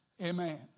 Amen